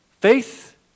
Faith